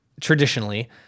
traditionally